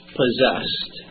possessed